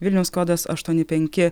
vilniaus kodas aštuoni penki